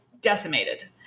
decimated